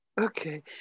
Okay